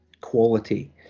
quality